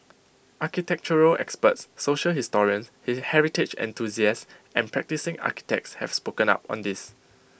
architectural experts social historians heritage enthusiasts and practising architects have spoken up on this